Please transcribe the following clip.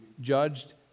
judged